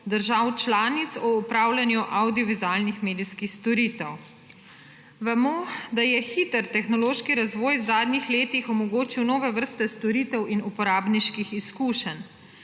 držav članic o upravljanju avdiovizualnih medijskih storitev. Vemo, da je hiter tehnološki razvoj v zadnjih letih omogočil nove vrste storitev in uporabniških izkušenj.